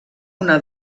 una